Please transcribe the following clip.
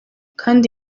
kandi